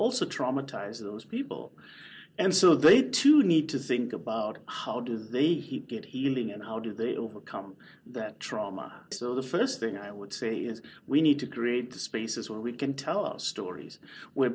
also traumatized those people and so they too need to think about how do they hit it healing and how do they overcome that trauma so the first thing i would say is we need to create spaces where we can tell us stories where